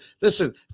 Listen